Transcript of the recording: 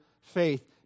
faith